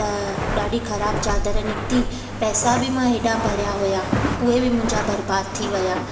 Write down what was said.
त ॾाढी ख़राबु चादर निकिती पैसा बि मां हेॾा भरिया हुआ उहे बि मुंहिंजा बर्बादु थी विया